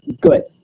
good